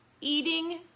eating